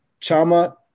Chama